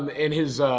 and in his ah.